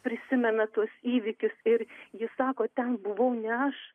prisimena tuos įvykius ir ji sako ten buvau ne aš